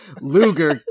Luger